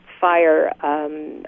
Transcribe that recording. fire